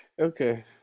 Okay